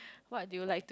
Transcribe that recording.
what do you like to